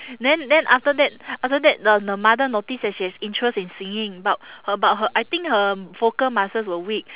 then then after that after that the the mother notice that she has interest in singing but her but her I think her vocal muscles were weak